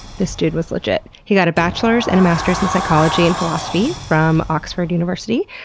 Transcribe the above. this dude was legit. he got a bachelor's and a master's in psychology and philosophy from oxford university,